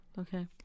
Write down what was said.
Okay